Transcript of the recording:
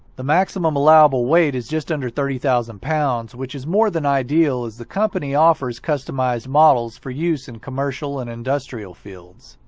the maximum allowable weight is just under thirty thousand pounds, which is more than ideal as the company offers customized models for use in commercial and industrial fields.